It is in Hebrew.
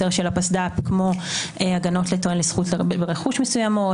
של הפסד"פ כמו הגנות לטוען לזכות ברכוש מסוימות,